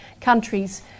countries